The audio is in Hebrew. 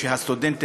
הסטודנטים,